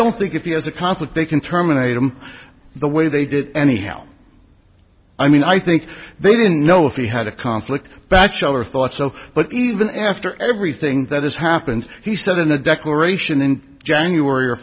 don't think if he has a conflict they can terminate him the way they did it anyhow i mean i think they didn't know if he had a conflict batchelder thought so but even after everything that has happened he said in a declaration in january or